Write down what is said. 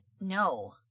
no